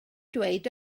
dweud